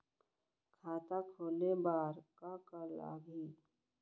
खाता खोले बार का का लागही?